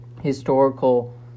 historical